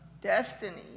destiny